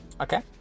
Okay